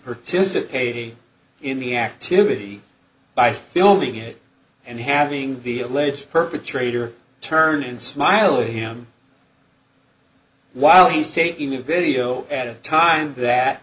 heat in the activity by filming it and having the alleged perpetrator turn and smile on him while he's taking a video at a time that